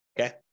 Okay